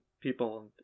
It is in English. people